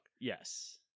yes